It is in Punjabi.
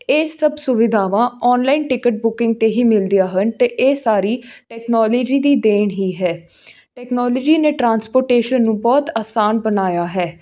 ਇਹ ਸਭ ਸੁਵਿਧਾਵਾਂ ਓਨਲਾਈਨ ਟਿਕਟ ਬੁਕਿੰਗ 'ਤੇ ਹੀ ਮਿਲਦੀਆਂ ਹਨ ਅਤੇ ਇਹ ਸਾਰੀ ਟੈਕਨੋਲਜੀ ਦੀ ਦੇਣ ਹੀ ਹੈ ਟੈਕਨੋਲਜੀ ਨੇ ਟਰਾਂਸਪੋਰਟੇਸ਼ਨ ਨੂੰ ਬਹੁਤ ਆਸਾਨ ਬਣਾਇਆ ਹੈ